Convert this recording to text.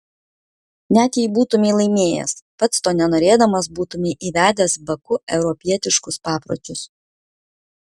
net jei būtumei laimėjęs pats to nenorėdamas būtumei įvedęs baku europietiškus papročius